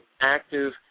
active